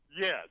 Yes